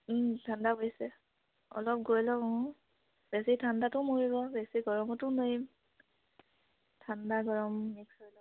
ঠাণ্ডা পৰিছে অলপ গৈ লয় বেছি ঠাণ্ডটো মৰিব বেছি গৰমতো ন নোৱাৰিম ঠাণ্ডা গৰম মিক্স হৈ